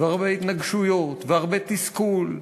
והרבה התנגשויות, והרבה תסכול,